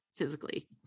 Physically